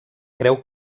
creu